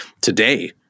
Today